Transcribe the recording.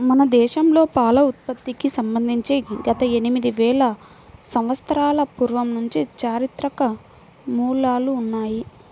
మన దేశంలో పాల ఉత్పత్తికి సంబంధించి గత ఎనిమిది వేల సంవత్సరాల పూర్వం నుంచి చారిత్రక మూలాలు ఉన్నాయి